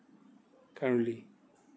currently